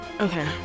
Okay